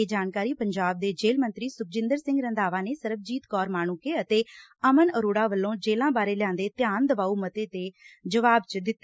ਇਹ ਜਾਣਕਾਰੀ ਪੰਜਾਬ ਦੇਂ ਜੇਲ਼ ਮੰਤਰੀ ਸੁਖਜਿੰਦਰ ਸਿੰਘ ਰੰਧਾਵਾ ਨੇ ਸਰਬਜੀਤ ਕੌਰ ਮਾਣਕੇ ਅਤੇ ਅਮਨ ਅਰੋਤਾ ਵੱਲੋਂ ਜੇਲ੍ਹਾਂ ਬਾਰੇ ਲਿਆਂਦੇ ਧਿਆਨ ਦਿਵਾਓ ਮੱਤੇ ਦੇ ਜਵਾਬ ਚ ਦਿੱਤੀ